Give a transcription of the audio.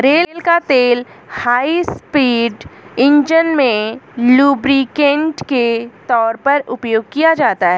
रेड़ का तेल high speed engine में लुब्रिकेंट के तौर पर उपयोग किया जाता है